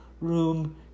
room